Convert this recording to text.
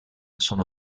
sono